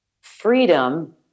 freedom